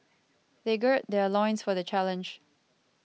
they gird their loins for the challenge